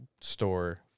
store